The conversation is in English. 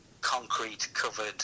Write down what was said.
concrete-covered